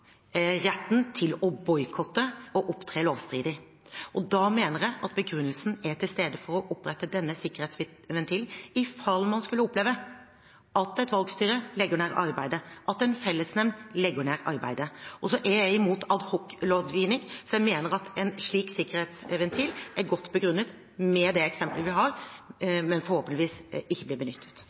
retten til å boikotte og opptre lovstridig. Og da mener jeg at begrunnelsen er til stede for å opprette denne sikkerhetsventilen – i fall man skulle oppleve at et valgstyre legger ned arbeidet, at en fellesnemnd legger ned arbeidet. Jeg er imot adhoclovgivning, så jeg mener at en slik sikkerhetsventil er godt begrunnet med det eksemplet vi har, men at den forhåpentligvis ikke blir benyttet.